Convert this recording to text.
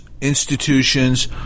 institutions